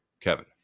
Kevin